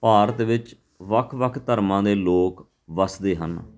ਭਾਰਤ ਵਿੱਚ ਵੱਖ ਵੱਖ ਧਰਮਾਂ ਦੇ ਲੋਕ ਵਸਦੇ ਹਨ